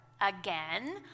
again